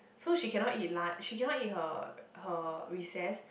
so she cannot eat lunch she cannot eat her her recess